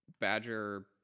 Badger